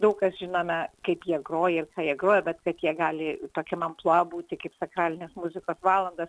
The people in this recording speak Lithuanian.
daug kas žinome kaip jie groja ir ką jie groja bet kad jie gali tokiam amplua būti kaip sakralinės muzikos valandas